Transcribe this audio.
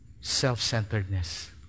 self-centeredness